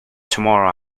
tomorrow